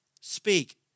speak